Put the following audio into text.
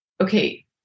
Okay